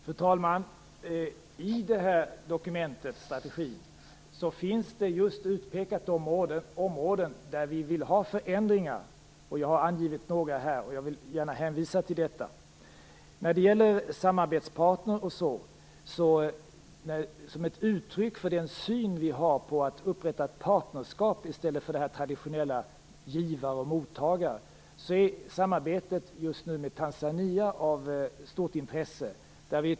Fru talman! I dokumentet om strategin finns just de områden som vi vill ha förändringar på utpekade. Jag har angivit några här, och jag vill gärna hänvisa till detta. Som ett uttryck för den syn vi har på att upprätta ett partnerskap i stället för det traditionella med givare och mottagare är samarbetet med Tanzania just nu av stort intresse.